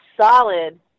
solid